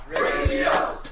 Radio